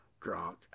drunk